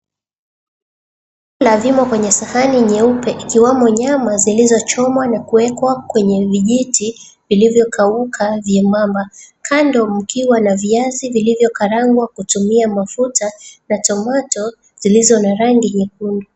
Vyakula vimo kwenye sahani nyeupe ikiwamo nyama zilizo chomwa na kuwekwa kwenye vijiti vilivyo kauka vyebamba, kando mkiwa na viazi vilivyo karangwa kutumia mafuta na tomato zilizo na rangi nyekundu.